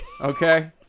okay